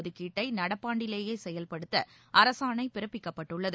ஒதுக்கீட்டை நடபாண்டிலேயே செயல்படுத்த அரசாணை பிறப்பிக்கப்பட்டுள்ளது